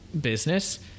business